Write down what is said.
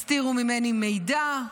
הסתירו ממני מידע,